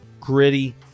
gritty